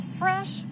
fresh